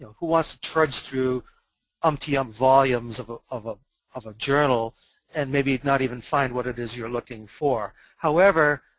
who wants to trudge through umpteen um volumes of ah of ah a journal and maybe not even find what it is you're looking for. however,